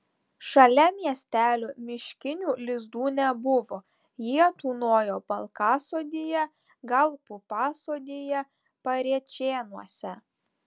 šalia miestelio miškinių lizdų nebuvo jie tūnojo balkasodyje gal pupasodyje parėčėnuose